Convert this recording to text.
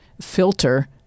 filter